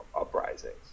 uprisings